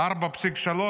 4.3,